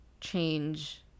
change